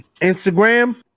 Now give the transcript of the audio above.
Instagram